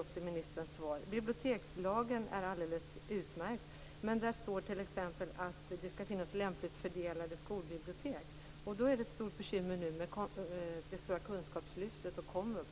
också är bra i ministern svar. Bibliotekslagen är alldeles utmärkt. Där står t.ex. att det skall finnas lämpligt fördelade bibliotek. Det är nu ett stort bekymmer med det stora kunskapslyftet och komvux.